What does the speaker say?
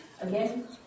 Again